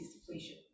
depletion